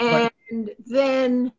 and then